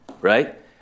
right